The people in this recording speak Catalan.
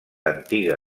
antiga